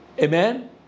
Amen